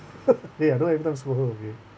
ya don't have don't scold her okay